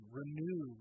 renew